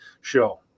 show